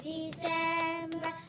December